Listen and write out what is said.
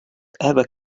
ever